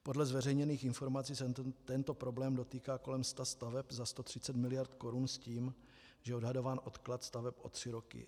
Podle zveřejněných informací se tento problém dotýká kolem sta staveb za 130 miliard korun s tím, že je odhadován odklad staveb o tři roky.